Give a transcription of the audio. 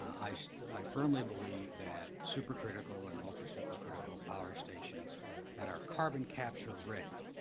i i firmly believe that supercritical and ultra-supercritical power stations that are carbon capture ready